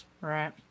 right